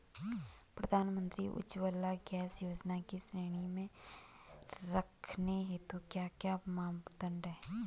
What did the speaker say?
प्रधानमंत्री उज्जवला गैस योजना की श्रेणी में रखने हेतु क्या क्या मानदंड है?